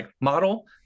model